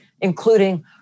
including